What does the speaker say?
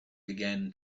began